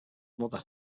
mother